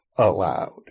allowed